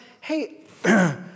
hey